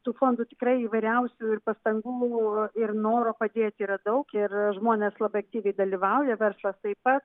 tų fondų tikrai įvairiausių ir pastangų ir noro padėti yra daug ir žmonės labai aktyviai dalyvauja verslas taip pat